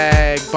Bag